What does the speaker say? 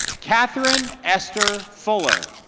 katherine esther fuller.